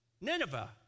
Nineveh